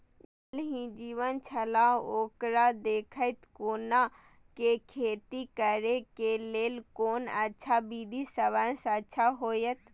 ज़ल ही जीवन छलाह ओकरा देखैत कोना के खेती करे के लेल कोन अच्छा विधि सबसँ अच्छा होयत?